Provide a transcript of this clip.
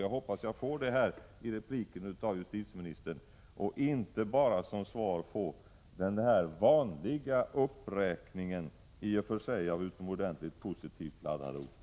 Jag hoppas att jag får det i en replik av justitieministern och att jag inte bara som svar får den här vanliga uppräkningen av i och för sig utomordentligt positivt laddade ord.